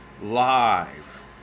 live